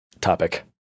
topic